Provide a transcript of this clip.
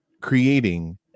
creating